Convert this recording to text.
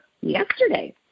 yesterday